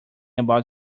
about